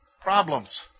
Problems